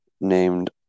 Named